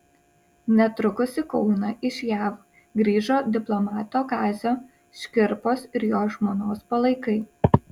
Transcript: netrukus į kauną iš jav grįžo diplomato kazio škirpos ir jo žmonos palaikai